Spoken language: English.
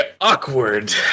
awkward